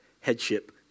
headship